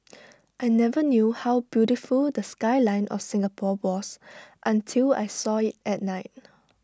I never knew how beautiful the skyline of Singapore was until I saw IT at night